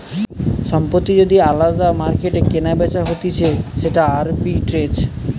সম্পত্তি যদি আলদা মার্কেটে কেনাবেচা হতিছে সেটা আরবিট্রেজ